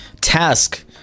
task